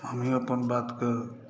हमहि अपन बातक